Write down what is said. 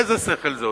איזה שכל זה?